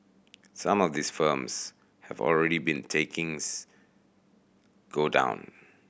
some of these firms have already been takings go down